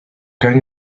going